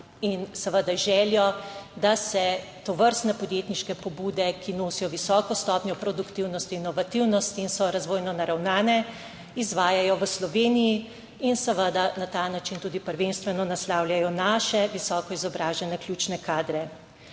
in seveda z željo, da se tovrstne podjetniške pobude, ki nosijo visoko stopnjo produktivnosti, inovativnosti in so razvojno naravnane, izvajajo v Sloveniji in seveda na ta način tudi prvenstveno naslavljajo naše visoko izobražene ključne kadre.